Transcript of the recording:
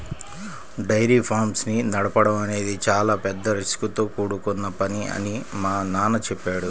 dairy farms ని నడపడం అనేది చాలా పెద్ద రిస్కుతో కూడుకొన్న పని అని మా నాన్న చెప్పాడు